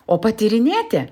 o patyrinėti